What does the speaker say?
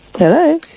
Hello